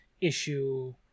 issue